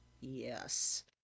Yes